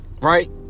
Right